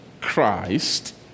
Christ